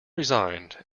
resigned